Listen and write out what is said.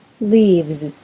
leaves